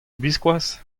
biskoazh